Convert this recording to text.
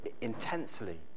intensely